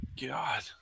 God